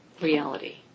reality